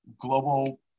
global